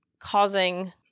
causing